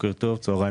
שלום רב.